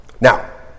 Now